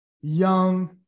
young